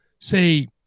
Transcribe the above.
say